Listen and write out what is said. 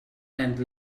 and